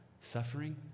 suffering